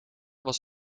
was